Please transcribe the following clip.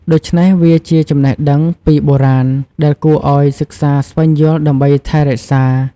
ដូច្នេះវាជាចំណេះដឹងពីបុរាណដែលគួរឲ្យសិក្សាស្វែងយល់ដើម្បីថែរក្សា។